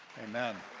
amen.